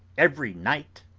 every night.